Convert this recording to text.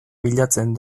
bilatzen